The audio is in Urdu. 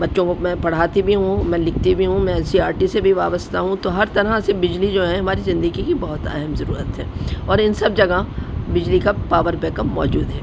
بچوں کو میں پڑھاتی بھی ہوں میں لکھتی بھی ہوں میں این سی آر ٹی سے بھی وابستہ ہوں تو ہر طرح سے بجلی جو ہے ہماری زندگی کی بہت اہم ضرورت ہے اور ان سب جگہ بجلی کا پاور بیک اپ موجود ہے